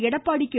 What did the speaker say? Edappadi K